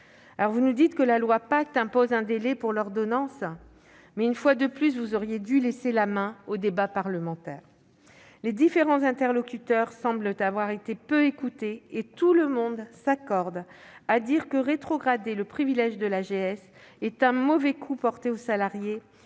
Vous nous dites que la loi Pacte impose un délai pour l'ordonnance, mais, une fois de plus, vous auriez dû laisser la main au débat parlementaire ! Les différents interlocuteurs semblent avoir été peu écoutés et tout le monde s'accorde à dire que rétrograder le privilège de l'AGS est un mauvais coup porté aux salariés